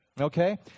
Okay